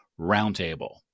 Roundtable